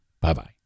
Bye-bye